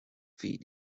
feet